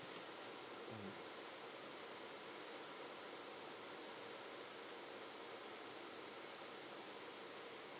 mm